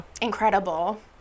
incredible